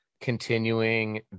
continuing